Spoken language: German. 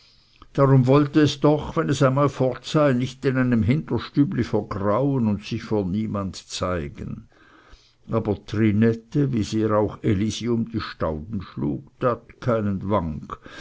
darum wolle es doch wenn es einmal fort sei nicht in einem hinterstübli vrgrauen und sich vor niemand zeigen aber trinette wie sehr auch elisi um die stauden schlug tat keinen wank